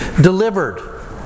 delivered